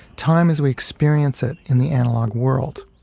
time as we experience it in the analog world.